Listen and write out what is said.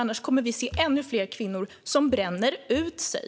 Annars kommer vi att se ännu fler kvinnor som bränner ut sig.